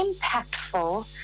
impactful